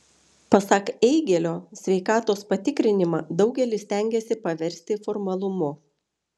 pasak eigėlio sveikatos patikrinimą daugelis stengiasi paversti formalumu